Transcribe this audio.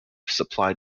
supply